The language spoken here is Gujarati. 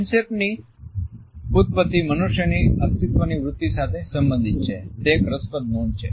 હેન્ડશેકની ઉત્પત્તિ મનુષ્યની અસ્તિત્વની વૃત્તિ સાથે સંબંધિત છે તે એક રસપ્રદ નોંધ છે